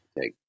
take